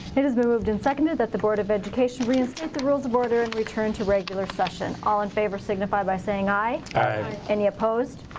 it has been moved an seconded that the board of education reinstate the rules of order and return to regular session. all in favor signify by saying aye. aye. any opposed?